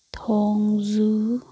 ꯊꯣꯡꯖꯨ